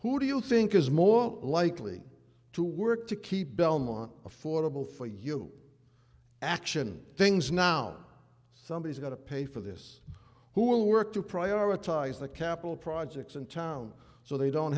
who do you think is more likely to work to keep belmont affordable for you action things now somebody's got to pay for this who will work to prioritize the capital projects in town so they don't